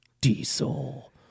diesel